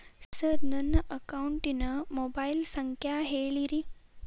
sir ನನ್ನ ಅಕೌಂಟಿನ mobile ಸಂಖ್ಯೆ ಹೇಳಿರಿ